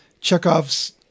Chekhov's